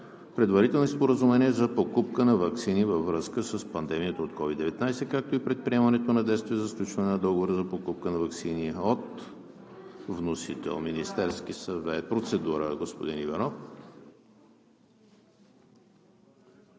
предварителни споразумения за покупка на ваксини във връзка с пандемията от COVID-19, както и предприемането на действия за сключване на договор за покупка на ваксини от производител. Вносител – Министерският съвет. Процедура – господин Иванов.